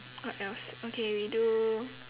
what else okay we do